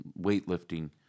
weightlifting